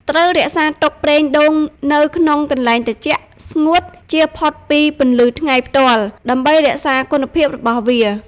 ត្រូវរក្សាទុកប្រេងដូងនៅក្នុងកន្លែងត្រជាក់ ស្ងួត ជៀសផុតពីពន្លឺថ្ងៃផ្ទាល់ ដើម្បីរក្សាគុណភាពរបស់វា។